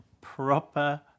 proper